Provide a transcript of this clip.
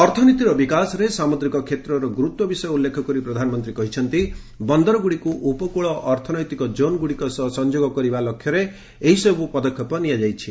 ଅର୍ଥନୀତିର ବିକାଶରେ ସାମୁଦ୍ରିକ କ୍ଷେତ୍ରର ଗୁରୁତ୍ୱ ବିଷୟ ଉଲ୍ଲେଖ କରି ପ୍ରଧାନମନ୍ତ୍ରୀ କହିଛନ୍ତି ବନ୍ଦରଗୁଡ଼ିକୁ ଉପକୂଳ ଅର୍ଥନୈତିକ ଜୋନ୍ ଗୁଡ଼ିକ ସହ ସଂଯୋଗ କରିବା ଲକ୍ଷ୍ୟରେ ଏହିସବୁ ପଦକ୍ଷେପ ନିଆଯାଇଛି